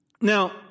Now